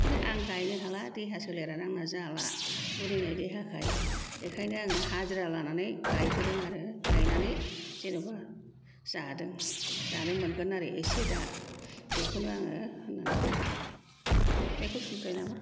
किन्तु आं गायनो हाला देहा सोलेरानो आंना जाला बुरिनाय देहाखाय बेखायनो आङो हाजिरा लानानै गायहोदों आरो गायनानै जेन'बा जादों जानो मोनगोन आरो एसे दा बेखौनो आङो बुंनानै होनोसै